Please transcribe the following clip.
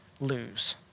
lose